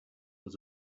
was